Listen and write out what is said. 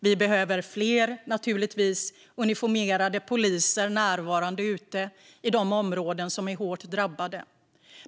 Vi behöver naturligtvis fler uniformerade poliser närvarande ute i de områden som är hårt drabbade.